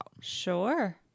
Sure